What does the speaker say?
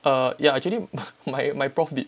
err yeah actually my my prof did